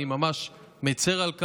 אני ממש מצר על כך.